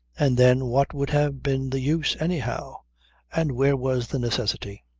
and then what would have been the use, anyhow and where was the necessity?